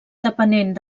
depenent